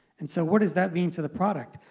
and so what does that mean to the product?